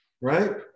right